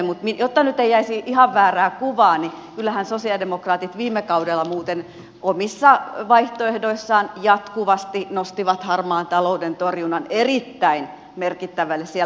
mutta jotta nyt ei jäisi ihan väärää kuvaa niin kyllähän sosialidemokraatit viime kaudella muuten omissa vaihtoehdoissaan jatkuvasti nostivat harmaan talouden torjunnan erittäin merkittävälle sijalle